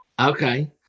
okay